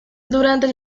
durante